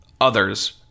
others